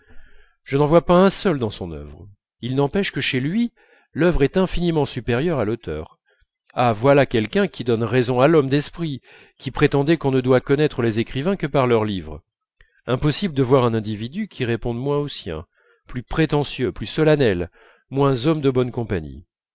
je n'en vois pas un seul dans son œuvre il n'empêche que chez lui l'œuvre est infiniment supérieure à l'auteur ah voilà quelqu'un qui donne raison à l'homme d'esprit qui prétendait qu'on ne doit connaître les écrivains que par leurs livres impossible de voir un individu qui réponde moins aux siens plus prétentieux plus solennel moins homme de bonne compagnie